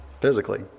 physically